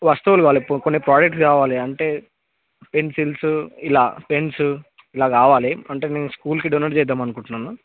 వస్తువులు కావాలి కొన్ని ప్రోడక్ట్స్ కావాలి అంటే పెన్సిల్స్ ఇలా పెన్స్ ఇలా కావాలి అంటే మేము స్కూల్కి డొనేట్ చేద్దామని అనుకుంటున్నాను